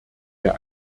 der